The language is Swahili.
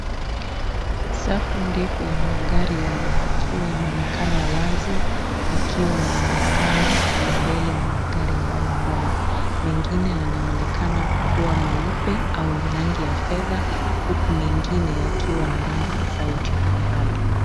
Safu ndefu ya magari yaliyopakiwa inaonekana wazi, ikiwa na muonekano wa mbele wa magari mbalimbali. Mengine yanaonekana kuwa meupe au ya rangi ya fedha, huku mengine yakiwa na rangi tofauti kwa mbali.